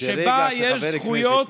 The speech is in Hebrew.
שבה יש זכויות למיעוט,